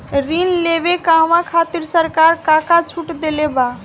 ऋण लेवे कहवा खातिर सरकार का का छूट देले बा?